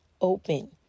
open